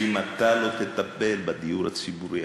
ואם אתה לא תטפל בדיור הציבורי,